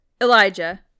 Elijah